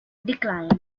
declined